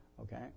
okay